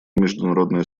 международное